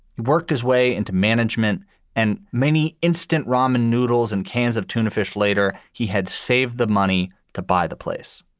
he worked his way into management and many instant ramen noodles and cans of tuna fish. later, he had saved the money to buy the place.